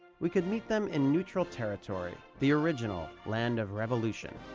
we could meet them in neutral territory, the original land of revolution.